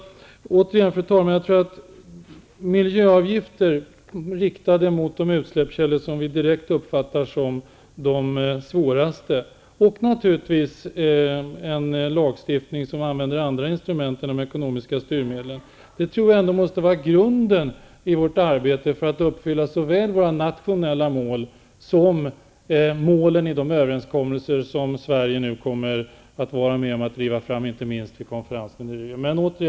Fru talman! Jag tror att miljöavgifter riktade mot de utsläppskällor som vi direkt uppfattar som de svåraste och en lagstiftning som använder andra instrument än ekonomiska styrmedel måste vara grunden i vårt arbete för att uppfylla såväl våra nationella mål som målen i överenskommelser som Sverige nu kommer att vara med att driva fram, inte minst vid konferensen i Rio de Janeiro.